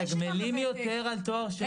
מתגמלים יותר על תואר שני,